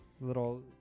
Little